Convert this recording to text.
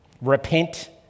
Repent